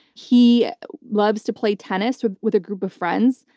he loves to play tennis with with a group of friends.